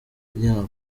yabo